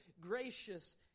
gracious